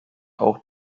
auch